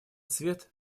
свет